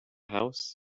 house